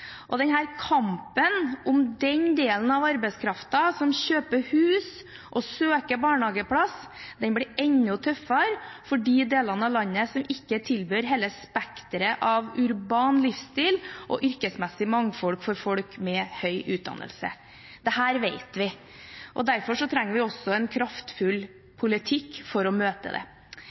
kampen om den delen av arbeidskraften som kjøper hus og søker barnehageplass, blir enda tøffere for de delene av landet som ikke tilbyr hele spektret av urban livsstil og yrkesmessig mangfold for folk med høy utdannelse. Dette vet vi. Derfor trenger vi også en kraftfull politikk for å møte det.